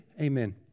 Amen